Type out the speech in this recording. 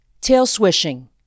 tail-swishing